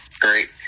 Great